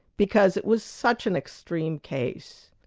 because it was such an extreme case.